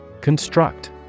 Construct